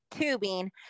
Tubing